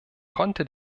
konnte